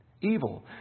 Evil